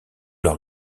leur